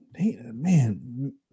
Man